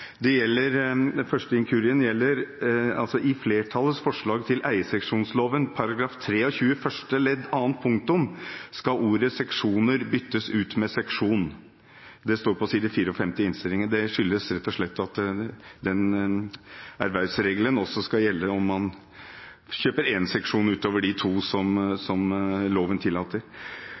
inkurien gjelder flertallets forslag til eierseksjonsloven § 23 første ledd andre punktum. Der skal ordet «seksjoner» byttes ut med «seksjon». Det står på side 54 i innstillingen. Det skyldes rett og slett at den ervervsregelen også skal gjelde om man kjøper én seksjon ut over de to som loven tillater.